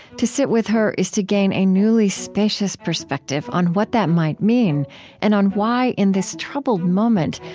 to sit with her is to gain a newly spacious perspective on what that might mean and on why, in this troubled moment,